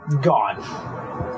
gone